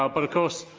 ah but of course,